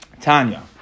Tanya